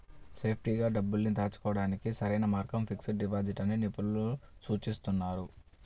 సేఫ్టీగా డబ్బుల్ని దాచుకోడానికి సరైన మార్గంగా ఫిక్స్డ్ డిపాజిట్ ని నిపుణులు సూచిస్తున్నారు